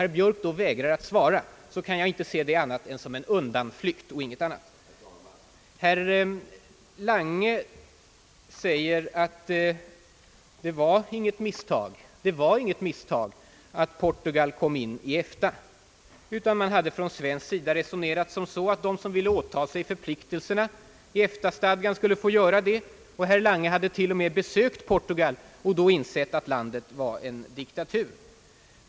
Herr Björks vägran att besvara de frågorna kan jag inte finna vara annat än undanflykt. Herr Lange säger att det inte var något misstag att Portugal kom in i EFTA, utan man hade från svensk sida resonerat som så att de som ville åta sig förpliktelserna i EFTA-stadgan skulle få göra det. Herr Lange hade till och med besökt Portugal och då insett att landet var en diktatur.